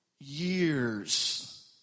years